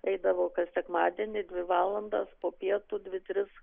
eidavau kas sekmadienį dvi valandos po pietų dvi tris